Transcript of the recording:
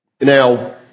Now